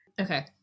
Okay